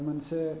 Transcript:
मोनसे